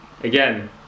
again